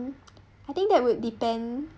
mm I think that would depend